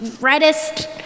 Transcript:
reddest